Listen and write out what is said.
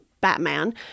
Batman